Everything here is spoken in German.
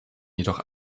jedoch